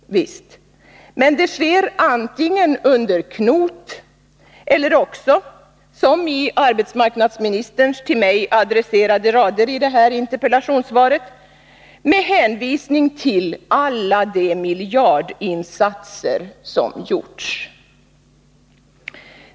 Men det sker antingen under knot eller också — som i arbetsmarknadsministerns till mig adresserade rader i det här interpellationssvaret — med hänvisning till alla de miljardinsatser som har gjorts.